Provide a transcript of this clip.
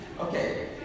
okay